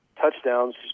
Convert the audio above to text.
touchdowns